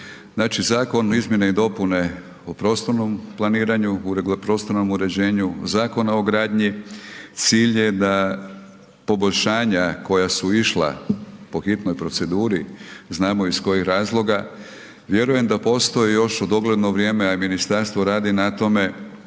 Znači zakona, Izmjene i dopune o prostornom planiranju, prostornom uređenju Zakona o gradnji cilj je da poboljšanja koja su išla po hitnoj proceduri znamo iz kojih razloga vjerujem da postoji još u dogledno vrijeme, a ministarstvo radi na tome